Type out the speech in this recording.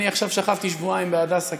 אני עכשיו שכבתי שבועיים בהדסה,